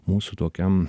mūsų tokiam